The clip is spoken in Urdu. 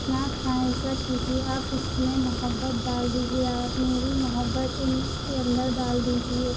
نہ کھائے ایسا کیجیے آپ اس میں محبّت ڈال دیجیے آپ میری محبّت ان اس کے اندر ڈال دیجیے